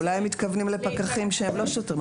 אולי הם מתכוונים לפקחים שהם לא שוטרים.